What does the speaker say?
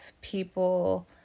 people